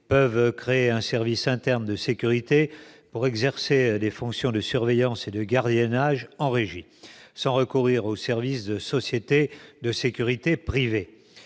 peuvent créer un service interne de sécurité pour exercer des fonctions de surveillance et de gardiennage en régie sans recourir au service de sociétés de sécurité privée.